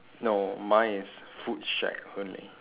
no mine is food shack only